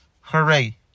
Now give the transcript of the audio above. hooray